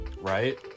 right